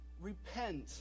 repent